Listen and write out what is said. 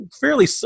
fairly